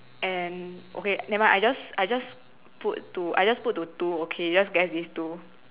and okay never mind I just I just put two I just to two okay just guess these two